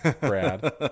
Brad